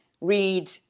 read